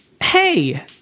hey